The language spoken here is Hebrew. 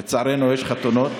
לצערנו, יש חתונות.